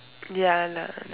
ya lah like